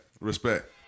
Respect